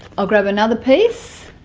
i'll grab another piece